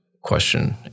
question